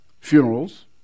Funerals